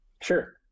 Sure